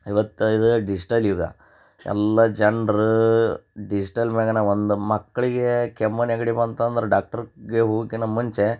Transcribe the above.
ಇವತ್ತು ಇದು ಡಿಜ್ಟಲ್ ಯುಗ ಎಲ್ಲ ಜನ್ರು ಡಿಜ್ಟಲ್ ಮ್ಯಾಲೆನ ಒಂದು ಮಕ್ಕಳಿಗೆ ಕೆಮ್ಮು ನೆಗಡಿ ಬಂತಂದ್ರೆ ಡಾಕ್ಟ್ರ್ಗೆ ಹೋಗುಕಿನ್ನ ಮುಂಚೆ